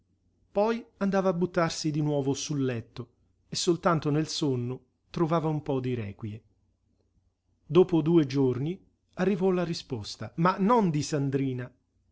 poi andava a buttarsi di nuovo sul letto e soltanto nel sonno trovava un po di requie dopo due giorni arrivò la risposta ma non di sandrina